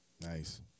Nice